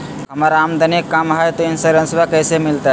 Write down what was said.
हमर आमदनी कम हय, तो इंसोरेंसबा कैसे मिलते?